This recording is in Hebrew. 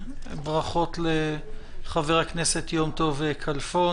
ברכות לחבר הכנסת יום טוב כלפון,